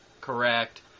correct